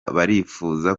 barifuza